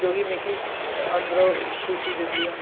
जो कि मिकी अंदरों खुशी दिंदियां